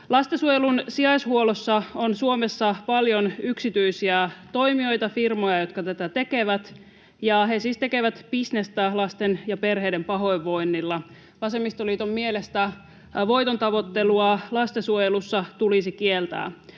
Lastensuojelun sijaishuollossa on Suomessa paljon yksityisiä toimijoita, firmoja, jotka tätä tekevät, ja he siis tekevät bisnestä lasten ja perheiden pahoinvoinnilla. Vasemmistoliiton mielestä voitontavoittelu lastensuojelussa tulisi kieltää.